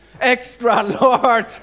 extra-large